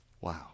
Wow